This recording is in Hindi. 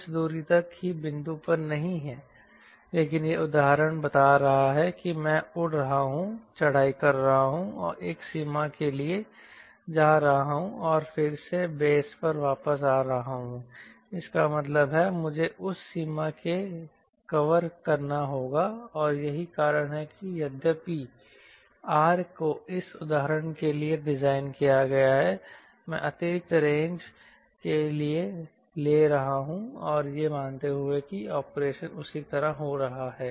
कुछ दूरी एक ही बिंदु पर नहीं है लेकिन यह उदाहरण बता रहा है कि मैं उड़ रहा हूं चढ़ाई कर रहा हूं एक सीमा के लिए जा रहा हूं और फिर से बेस पर वापस आ रहा हूं इसका मतलब है मुझे उस सीमा को कवर करना होगा और यही कारण है कि यद्यपि R को इस उदाहरण के लिए डिज़ाइन किया गया है मैं अतिरिक्त रेंज ले रहा हूं यह मानते हुए कि ऑपरेशन उसी तरह हो रहा है